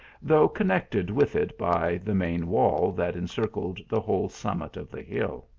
though connected with it by the main wall that encircled the whole summit of the hill.